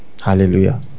Hallelujah